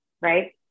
right